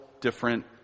different